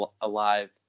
alive